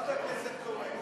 חברת הכנסת קורן,